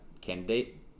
candidate